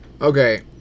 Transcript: Okay